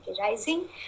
Rising